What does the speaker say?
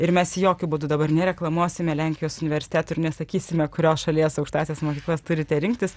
ir mes jokiu būdu dabar nereklamuosime lenkijos universitetų ir nesakysime kurios šalies aukštąsias mokyklas turite rinktis